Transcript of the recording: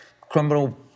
criminal